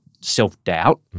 self-doubt